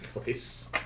place